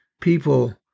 people